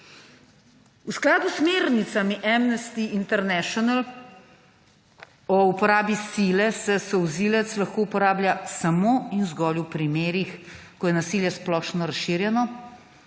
V skladu s smernicami Amnesty Intenational o uporabi sile se solzivec lahko uporablja samo in zgolj v primerih, ko je nasilje splošno razširjeno,